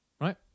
right